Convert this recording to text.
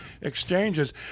exchanges